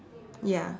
ya